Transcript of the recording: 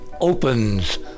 opens